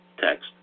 text